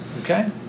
okay